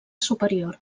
superior